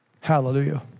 Hallelujah